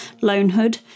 Lonehood